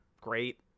great